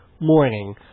morning